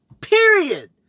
Period